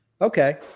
Okay